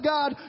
God